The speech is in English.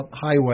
Highway